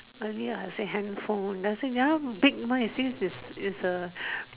earlier I said handphone then I said ya big one since it it's a